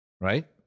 right